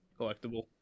collectible